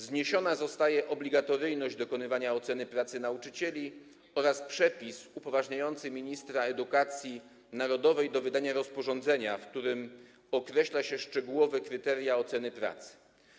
Zniesione zostają obligatoryjność dokonywania oceny pracy nauczycieli oraz przepis upoważniający ministra edukacji narodowej do wydania rozporządzenia, w którym określa się szczegółowe kryteria oceny pracy.